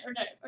okay